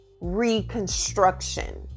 reconstruction